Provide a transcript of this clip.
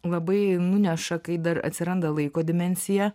labai nuneša kai dar atsiranda laiko dimensija